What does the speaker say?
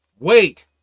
wait